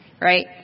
right